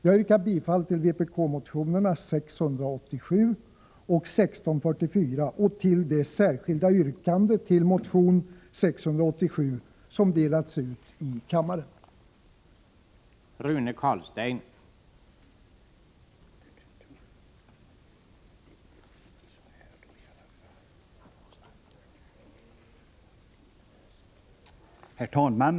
Jag yrkar bifall till vpk-motionerna 687 och 1644 och till det särskilda yrkande till motion 687 som delats ut i kammaren och som har följande lydelse: Denna lag träder i kraft den 1 juli 1985 och tillämpas första gången vid 1986 års taxering i fråga om förhållanden som hänför sig till tid efter ikraftträdandet.